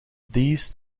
these